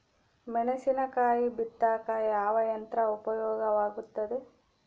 ಮೆಣಸಿನಕಾಯಿ ಬಿತ್ತಾಕ ಯಾವ ಯಂತ್ರ ಉಪಯೋಗವಾಗುತ್ತೆ?